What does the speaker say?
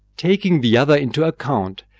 taking the other into account,